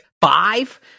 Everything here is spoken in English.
Five